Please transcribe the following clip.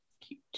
Cute